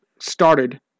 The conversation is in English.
started